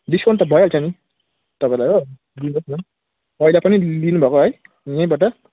discount त भइहाल्छ नि तपाईँलाई हो लिनुहोस् न पहिला पनि लिनुभएको है यहीँबाट